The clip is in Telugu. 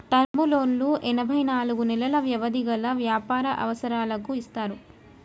టర్మ్ లోన్లు ఎనభై నాలుగు నెలలు వ్యవధి గల వ్యాపార అవసరాలకు ఇస్తారు